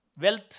wealth